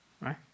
Right